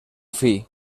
fill